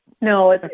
no